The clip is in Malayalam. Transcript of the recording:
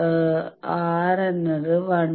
R എന്നത് 1